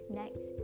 next